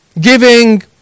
giving